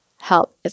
help